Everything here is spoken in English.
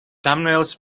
thumbnails